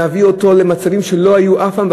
מביאות אותו למצבים שלא היו אף פעם,